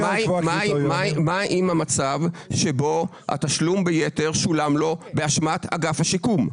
מה עם המצב שבו התשלום ביתר שולם לו באשמת אגף השיקום?